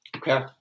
Okay